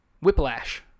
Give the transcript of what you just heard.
Whiplash